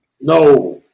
No